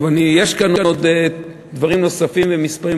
יש כאן דברים נוספים במספרים,